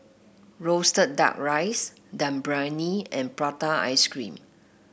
roasted duck rice Dum Briyani and Prata Ice Cream